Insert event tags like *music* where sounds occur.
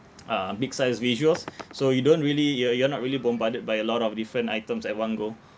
*noise* uh big size visuals so you don't really you're you're not really bombarded by a lot of different items at one go